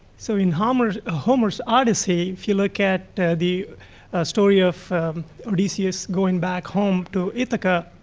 so in homer's ah homer's odyssey, if you look at the story of odysseus going back home to ithaca,